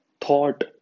thought